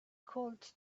called